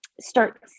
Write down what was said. start